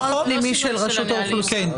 נוהל פנימי של רשות האוכלוסין.